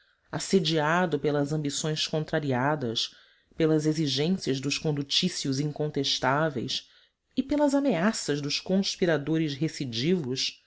assediado pelas ambições contrariadas pelas exigências dos condutícios incontentáveis e pelas ameaças dos conspiradores recidivos